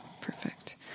Perfect